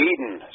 Eden